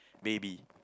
baby